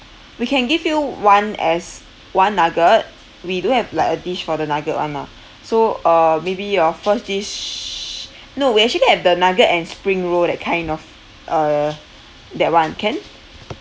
we can give you one as one nugget we do have like a dish for the nugget [one] lah so uh maybe your first dish no we actually have the nugget and spring roll that kind of uh that [one] can